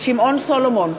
שמעון סולומון,